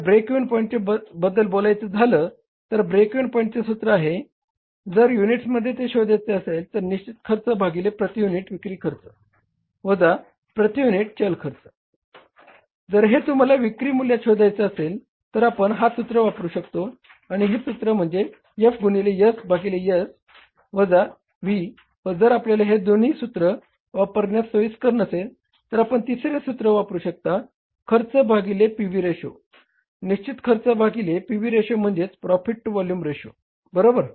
जर break even point बद्दल बोलायच झाल तर ब्रेक इव्हन पॉईंटचे सूत्र हे आहे जर युनिटमध्ये ते शोधायचे असेल तर निश्चित खर्च भागिले प्रती युनिट विक्री खर्च वजा प्रती युनिट चल खर्च जर हे तुम्हाला विक्री मूल्यात शोधायचा असेल तर आपण हा सूत्र वापरू शकतो आणि हे सूत्र म्हणजे F गुणिले S भागिले S वजा V व जर आपल्याला हे दोन्ही सूत्र वापरण्यास सोयीस्कर नसेल तर आपण तिसरे सूत्र वापरू शकता खर्च भागिले पी व्ही रेशो निश्चित खर्च भागिले पी व्ही रेशो म्हणजेच प्रॉफिट टु व्हॉल्युम रेशो बरोबर